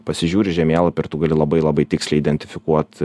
pasižiūri į žemėlapį ir tu gali labai labai tiksliai identifikuot